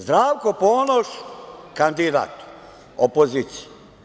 Zdravko Ponoš, kandidat opozicije.